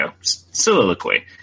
Soliloquy